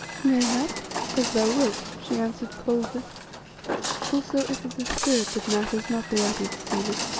mayhap as thou wilt, she answered coldly also it is the spirit that matters, not the outward seeming,